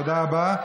תודה רבה.